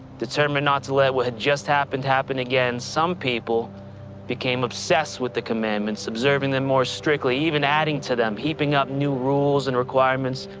determined not to let what had just happened happen again, some people became obsessed with the commandments, observing them more strictly, even adding to them, heaping up new rules and requirements,